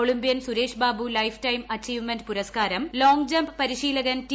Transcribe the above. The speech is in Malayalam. Olympian Suresh Babu life time achievement പുരസ്കാരം ലോങ്ജംപ് പരിശീലകൻ ടി